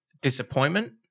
disappointment